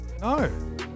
No